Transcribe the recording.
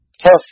tough